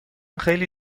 خیلی